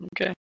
okay